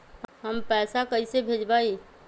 हम पैसा कईसे भेजबई?